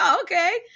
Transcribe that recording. okay